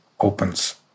opens